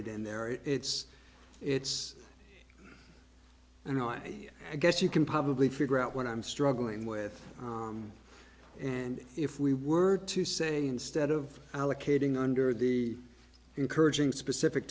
it in there it's it's and i guess you can probably figure out when i'm struggling with and if we were to say instead of allocating under the encouraging specific